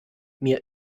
mir